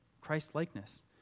Christ-likeness